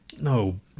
No